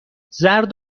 زرد